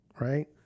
right